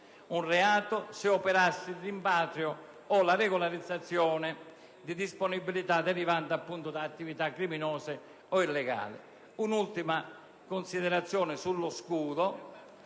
un reato se operasse il rimpatrio o la regolarizzazione di disponibilità derivanti da attività criminose o illegali. Un'ultima considerazione sullo scudo.